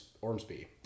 Ormsby